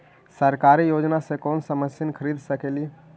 सरकारी योजना से कोन सा मशीन खरीद सकेली?